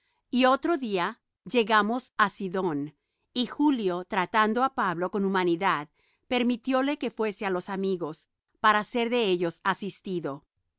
y otro día llegamos á sidón y julio tratando á pablo con humanidad permitióle que fuese á los amigos para ser de ellos asistido